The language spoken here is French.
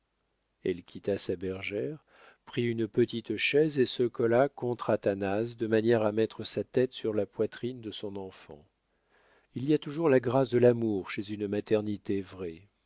elle quitta sa bergère prit une petite chaise et se colla contre athanase de manière à mettre sa tête sur la poitrine de son enfant il y a toujours la grâce de l'amour chez une maternité vraie